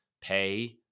pay